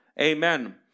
Amen